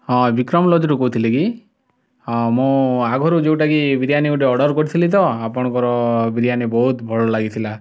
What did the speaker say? ହଁ ବିକ୍ରମ ଲଜ୍ରୁ କହୁଥିଲେ କି ହଁ ମୁଁ ଆଗୁରୁ ଯେଉଁଟା କି ବିରିୟାନୀ ଗୋଟେ ଅର୍ଡ଼ର୍ କରିଥିଲି ତ ଆପଣଙ୍କର ବିରିୟାନୀ ବହୁତ ଭଲ ଲାଗିଥିଲା